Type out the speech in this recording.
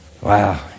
Wow